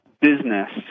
business